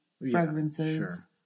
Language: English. fragrances